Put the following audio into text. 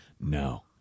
no